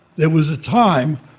there was a time